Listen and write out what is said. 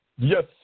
Yes